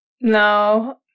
No